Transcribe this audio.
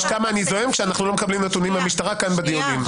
כמה אני זועם כשאנחנו לא מקבלים נתונים מהמשטרה כאן בדיונים,